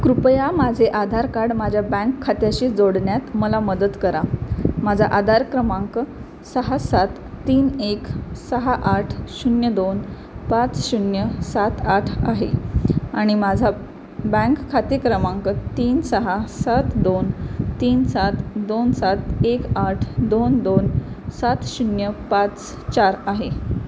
कृपया माझे आधार कार्ड माझ्या बँक खात्याशी जोडण्यात मला मदत करा माझा आधार क्रमांक सहा सात तीन एक सहा आठ शून्य दोन पाच शून्य सात आठ आहे आणि माझा बँक खाते क्रमांक तीन सहा सात दोन तीन सात दोन सात एक आठ दोन दोन सात शून्य पाच चार आहे